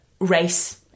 race